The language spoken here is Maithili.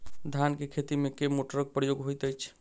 धान केँ खेती मे केँ मोटरक प्रयोग होइत अछि?